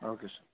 okay sir